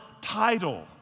title